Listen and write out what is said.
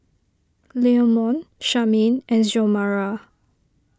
Leamon Charmaine and Xiomara